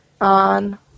On